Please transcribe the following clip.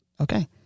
Okay